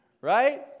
right